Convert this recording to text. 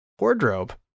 Wardrobe